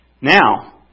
Now